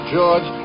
George